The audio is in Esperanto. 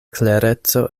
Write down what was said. klereco